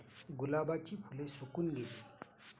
गुलाबाची फुले सुकून गेली